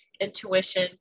intuition